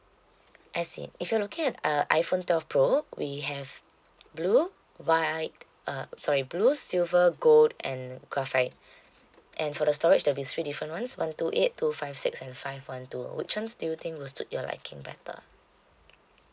I see if you're looking at uh iphone twelve pro we have blue white uh sorry blue silver gold and graphite and for the storage there will be three different ones one two eight two five six and five one two which ones do you think will suit your liking better